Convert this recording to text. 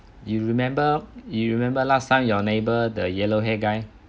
you remember you remember last time your neighbour the yellow hair guy